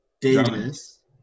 Davis